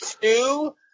two